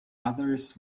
others